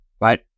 right